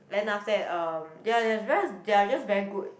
then after that um they're just they're just very good